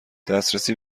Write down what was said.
دسترسی